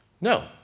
No